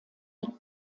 die